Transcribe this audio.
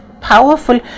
powerful